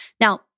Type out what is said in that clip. Now